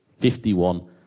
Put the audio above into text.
51